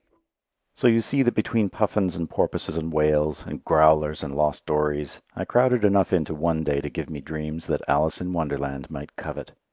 so you see that between puffins and porpoises and whales, and growlers and lost dories, i crowded enough into one day to give me dreams that alice in wonderland might covet.